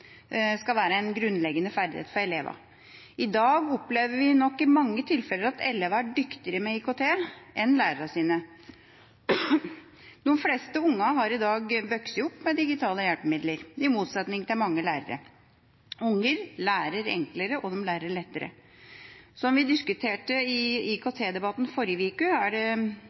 skal være en grunnleggende ferdighet for elevene. I dag opplever vi nok i mange tilfeller at elevene er dyktigere i IKT enn det lærerne deres er. De fleste unger har i dag vokst opp med digitale hjelpemidler, i motsetning til mange lærere. Unger lærer enklere, og de lærer lettere. Som vi diskuterte i